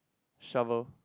shovel